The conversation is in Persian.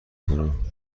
کنم